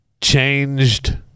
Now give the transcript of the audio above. changed